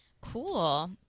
cool